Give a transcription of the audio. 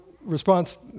response